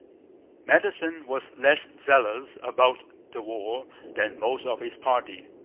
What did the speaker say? madison was less zealous about the war than most of his party.